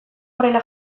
horrela